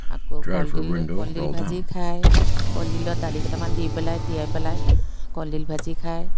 আকৌ কলডিল কলডিল ভাজি খায় কলডিলত দালিকেইটামান দি পেলাই তিয়াই পেলাই কলডিল ভাজি খায়